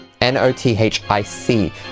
N-O-T-H-I-C